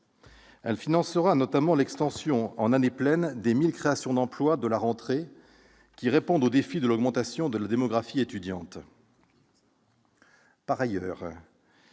Elle financera notamment l'extension en année pleine des 1 000 créations d'emplois de la rentrée qui répond au défi de l'augmentation de la démographie étudiante.